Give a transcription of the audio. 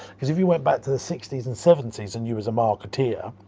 because if you went back to the sixty s and seventy s and you was a marketeer,